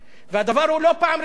והדבר הוא לא בפעם הראשונה.